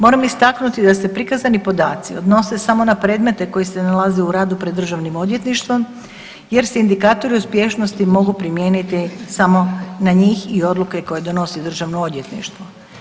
Moram istaknuti da se prikazani podaci odnose samo na predmete koji se nalaze u radu pred državnim odvjetništvom jer se indikatori uspješnosti mogu primijeniti samo na njih i odluke koje donosi državno odvjetništvo.